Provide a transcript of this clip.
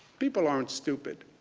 people aren't stupid.